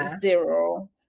zero